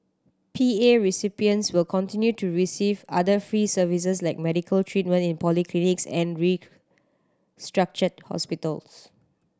P A recipients will continue to receive other free services like medical treatment in polyclinics and restructured hospitals